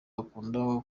bakunda